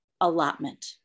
allotment